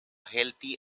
healthy